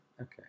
okay